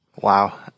Wow